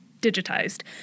digitized